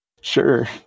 Sure